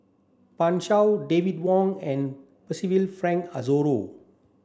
Pan Shou David Wong and Percival Frank Aroozoo